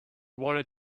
wanted